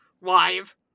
live